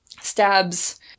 stabs